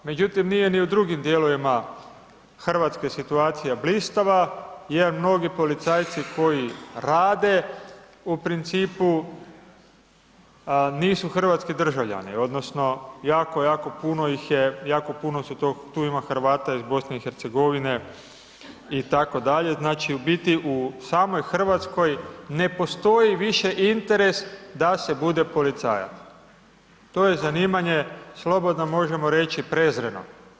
Međutim, nije ni u drugim dijelovima Hrvatske situacija blistava jer mnogi policajci koji rade u principu nisu hrvatski državljani, odnosno jako, jako puno ih je, jako puno su, tu ima Hrvata iz BiH itd., znači u biti u samoj Hrvatskoj ne postoji više interes da se bude policajac, to je zanimanje slobodno možemo reći prezreno.